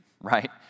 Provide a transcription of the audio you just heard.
right